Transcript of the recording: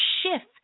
shift